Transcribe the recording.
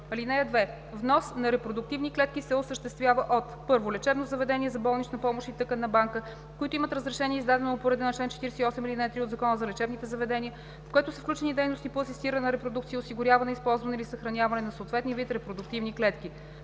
(2) Внос на репродуктивни клетки се осъществява от: 1. лечебно заведение за болнична помощ и тъканна банка, които имат разрешение, издадено по реда на чл. 48, ал. 3 от Закона за лечебните заведения, в което са включени дейности по асистирана репродукция, осигуряване, използване или съхраняване на съответния вид репродуктивни клетки;